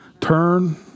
turn